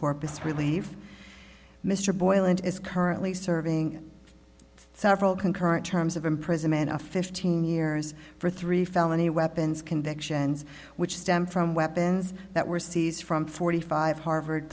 corpus relief mr boyle and is currently serving several concurrent terms of imprisonment of fifteen years for three felony weapons convictions which stem from weapons that were seized from forty five harvard